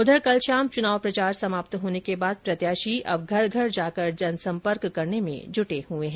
उधर कल शाम चुनाव प्रचार समाप्त होने के बाद प्रत्याशी अब घर घर जाकर जनसंपर्क करने में जुटे हुए है